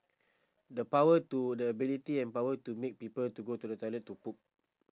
the power to the ability and power to make people to go to the toilet to poop